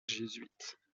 jésuites